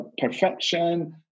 perfection